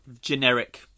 Generic